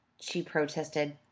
she protested.